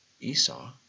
Esau